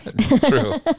true